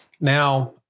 now